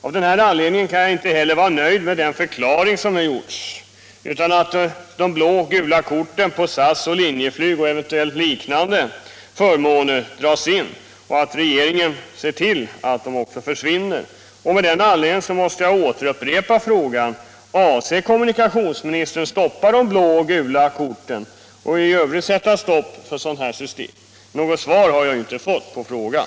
Av den anledningen kan jag inte heller vara nöjd med den förklaring som lämnats, utan jag anser att de blå och gula korten på SAS och Linjeflyg och eventuellt andra liknande förmåner skall dras in, alltså att regeringen ser till att de försvinner. Därför måste jag återupprepa frågan: Avser kommunikationsministern stoppa de blå och gula korten och i övrigt sätta stopp för ett sådant här system? Något svar har jag inte fått på frågan.